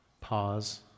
Pause